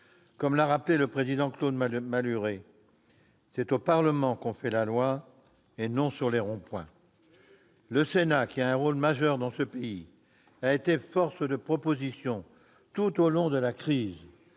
Comme l'a rappelé Claude Malhuret, c'est au Parlement que l'on fait la loi, et non sur les ronds-points. Eh oui ! Le Sénat, qui a un rôle majeur dans ce pays, a été force de proposition tout au long de la crise,